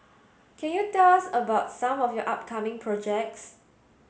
can you tell us about some of your upcoming projects